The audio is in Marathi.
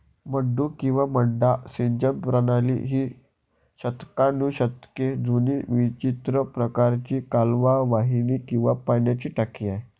मड्डू किंवा मड्डा सिंचन प्रणाली ही शतकानुशतके जुनी विचित्र प्रकारची कालवा वाहिनी किंवा पाण्याची टाकी आहे